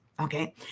Okay